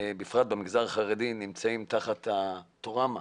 בפרט במגזר החרדי נמצאים תחת הטראומה